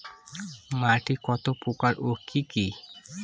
মাটি কতপ্রকার ও কি কী?